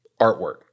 artwork